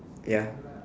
ya